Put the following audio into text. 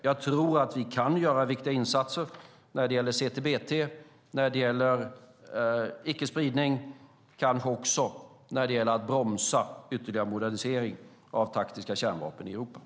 Jag tror att vi kan göra viktiga insatser när det gäller CTBT, icke-spridning och kanske också när det gäller att bromsa ytterligare modernisering av taktiska kärnvapen i Europa.